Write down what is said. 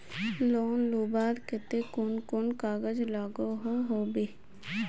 Loan लुबार केते कुन कुन कागज लागोहो होबे?